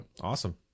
awesome